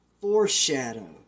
foreshadow